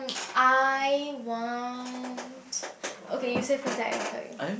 I want okay you say first then I tell you